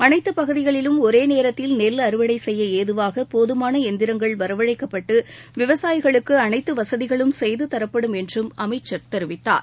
அனைத்து பகுதிகளிலும் ஒரே நேரத்தில் நெல் அறுவடை செய்ய ஏதுவாக போதுமான எந்திரங்கள் வரவழைக்கப்பட்டு விவசாயிகளுக்கு அனைத்து வசதிகளும் செய்து தரப்படும் என்றும் அமைச்சர் தெரிவித்தார்